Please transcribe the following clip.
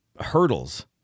hurdles